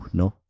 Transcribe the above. no